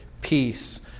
peace